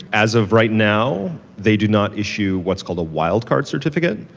as of right now, they do not issue what's called the wildcard certificate,